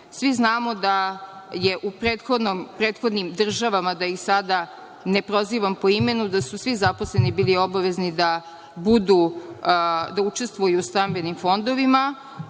znamo da su u prethodnim državama, da ih sada ne prozivam po imenu, svi zaposleni bili obavezni da budu, da učestvuju u stambenim fondovima.